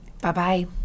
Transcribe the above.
Bye-bye